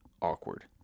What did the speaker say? awkward